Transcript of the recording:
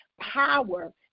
power